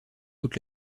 toute